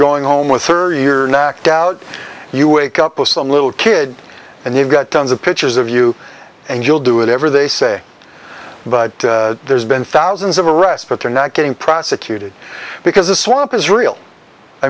going home with her you're knocked out you wake up with some little kid and you've got tons of pictures of you and you'll do whatever they say but there's been thousands of arrests but they're not getting prosecuted because the swamp is real i